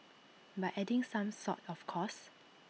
by adding some salt of course